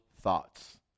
thoughts